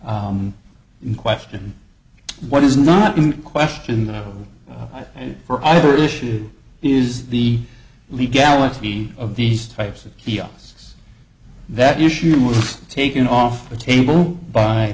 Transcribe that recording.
s in question what is not in question though for other issue is the legality of these types of p r s that issue was taken off the table by